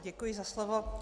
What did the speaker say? Děkuji za slovo.